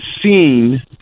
seen